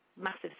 massive